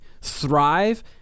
thrive